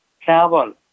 travel